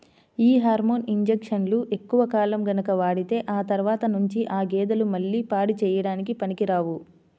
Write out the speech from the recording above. యీ హార్మోన్ ఇంజక్షన్లు ఎక్కువ కాలం గనక వాడితే ఆ తర్వాత నుంచి ఆ గేదెలు మళ్ళీ పాడి చేయడానికి పనికిరావు